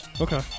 Okay